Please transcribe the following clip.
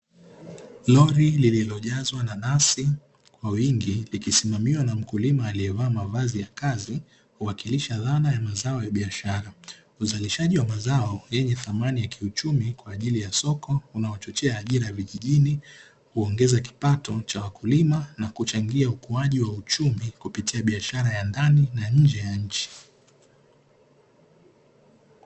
Lori lililojazwa nanasi kwa wingi, likisimamiwa na mkulima aliyevaa mavazi ya kazi, huwakilisha dhana ya mazao ya biashara. Uzalishaji wa mazao yenye thamani ya kiuchumi kwa ajili ya soko, unaochochea ajira ya vijijini, huongeza kipato cha wakulima na kuchangia ukuaji wa uchumi kupitia biashara ya ndani na nje ya nchi.